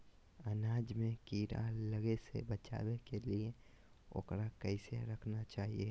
अनाज में कीड़ा लगे से बचावे के लिए, उकरा कैसे रखना चाही?